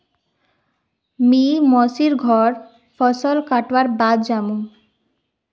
मी मोसी र घर फसल कटवार बाद जामु